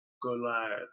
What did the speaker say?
Goliath